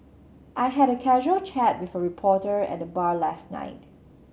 I had a casual chat with a reporter at the bar last night